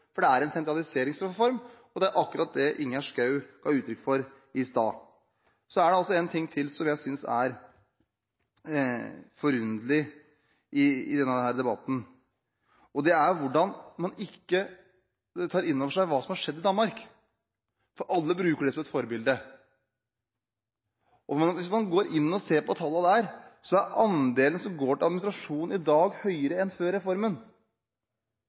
Det er en sentraliseringsreform. Og det er akkurat det Ingjerd Schou ga uttrykk for i stad. Så er det én ting til som jeg synes er forunderlig i denne debatten. Det er hvordan man ikke tar inn over seg hva som har skjedd i Danmark. Alle bruker det som et forbilde. Hvis man går inn og ser på tallene der, er andelen som går til administrasjon i dag, høyere enn før reformen.